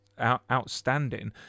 outstanding